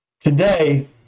today